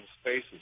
spaces